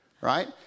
Right